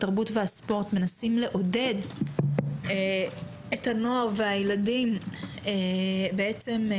התרבות והספורט מנסים לעודד את הנוער והילדים לקחת